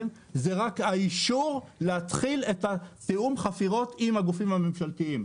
זה רק האישור להתחיל את תיאום החפירות עם הגופים הממשלתיים.